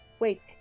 Wait